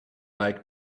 like